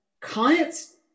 clients